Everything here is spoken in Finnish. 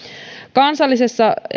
kansallisessa